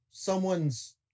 someone's